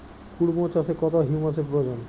কুড়মো চাষে কত হিউমাসের প্রয়োজন?